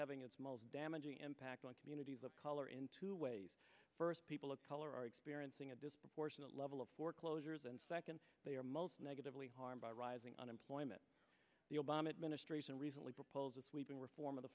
having its most damaging impact on communities of color in two ways first people of color are experiencing a disproportionate level of foreclosures and second they are most negatively harmed by rising unemployment the obama administration recently proposed a sweeping reform of the